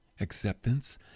acceptance